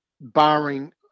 barring